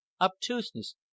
obtuseness